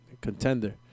contender